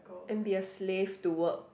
and be a slave to work